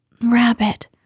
Rabbit